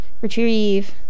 retrieve